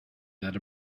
that